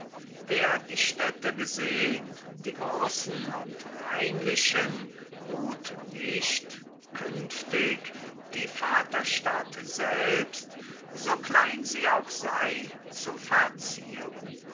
wer die städte gesehn die großen und reinlichen ruht nicht künftig die vaterstadt selbst so klein sie auch sei zu verzieren